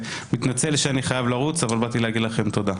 מתנצל שאני חייב לצאת, באתי להגיד לכם תודה.